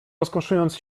rozkoszując